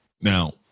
Now